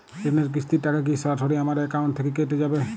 ঋণের কিস্তির টাকা কি সরাসরি আমার অ্যাকাউন্ট থেকে কেটে যাবে?